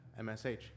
MSH